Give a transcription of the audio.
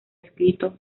escrito